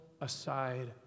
aside